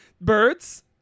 Birds